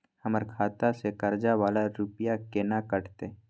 हमर खाता से कर्जा वाला रुपिया केना कटते?